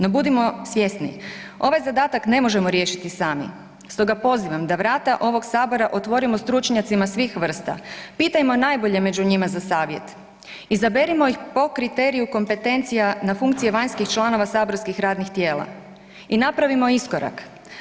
No budimo svjesni, ovaj zadatak ne možemo riješiti sami, stoga pozivam da vrata ovoga Sabora otvorimo stručnjacima svih vrsta, pitajmo najbolje među njima za savjet, izaberimo ih po kriteriju kompetencija na funkcije vanjskih članova saborskih radnih tijela i napravimo iskorak.